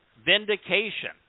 vindication